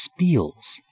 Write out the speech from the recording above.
spiels